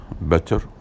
better